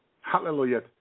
Hallelujah